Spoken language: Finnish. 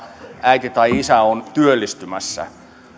äiti tai isä on työllistymässä tätä